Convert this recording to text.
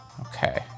Okay